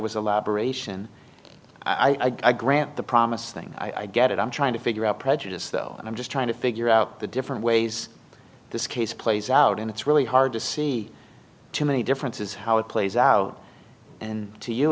was a lab aeration i grant the promise thing i get it i'm trying to figure out prejudice though i'm just trying to figure out the different ways this case plays out and it's really hard to see too many differences how it plays out and to you